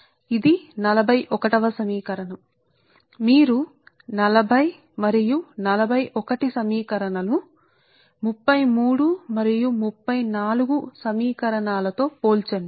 అందువల్ల మీరు 40 మరియు 41 సమీకరణాలను 33 మరియు 34 సమీకరణాలతో పోల్చండి